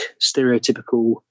stereotypical